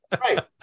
Right